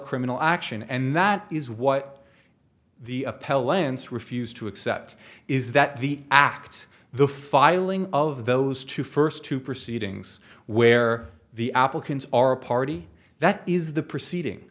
criminal action and that is what the appellant's refused to accept is that the act the filing of those two first two proceedings where the applicants are a party that is the proceeding